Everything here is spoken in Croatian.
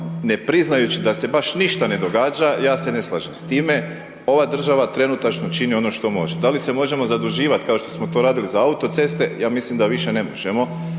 ne priznajući da se baš ništa ne događa, ja se ne slažem s tima, ova država trenutačno čini ono što može. Da li se možemo zaduživati kao što smo to radili za autoceste, ja mislim da više ne možemo